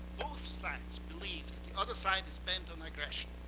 both sides believe that the other side is bent on aggression,